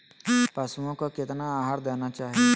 पशुओं को कितना आहार देना चाहि?